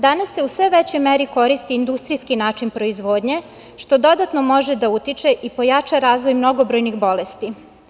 Danas se u sve većoj meri koristi industrijski način proizvodnje što dodatno može da utiče i pojača razvoj mnogobrojnih bolesti.